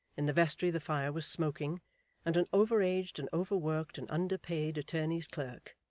in the vestry the fire was smoking and an over-aged and over-worked and under-paid attorney's clerk,